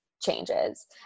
changes